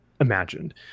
imagined